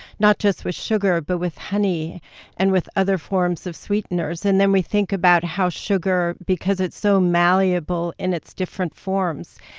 not just with sugar, but with honey and with other forms of sweeteners. and then we think about how sugar, because it's so malleable in its different forms,